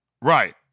Right